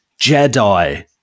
Jedi